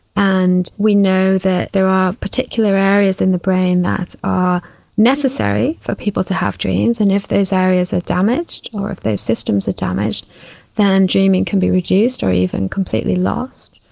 and we know that there are particular areas in the brain that are necessary for people to have dreams, and if those areas are damaged or if those systems are damaged then dreaming can be reduced or even completely lost.